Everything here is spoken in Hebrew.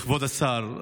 כבוד השר,